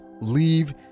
leave